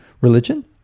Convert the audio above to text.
religion